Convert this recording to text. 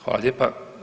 Hvala lijepa.